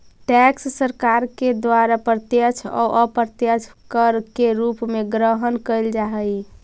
tax सरकार के द्वारा प्रत्यक्ष अउ अप्रत्यक्ष कर के रूप में ग्रहण कैल जा हई